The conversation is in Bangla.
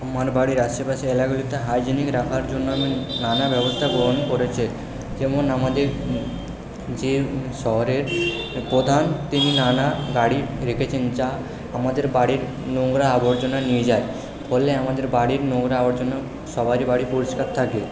আমার বাড়ির আশেপাশের এলাকাগুলিতে হাইজিনিক রাখার জন্য নানা ব্যবস্থা গ্রহণ করেছে যেমন আমাদের যে শহরের প্রধান তিনি নানা গাড়ি রেখেছেন যা আমাদের বাড়ির নোংরা আবর্জনা নিয়ে যায় ফলে আমাদের বাড়ির নোংরা আবর্জনা সবারই বাড়ি পরিষ্কার থাকে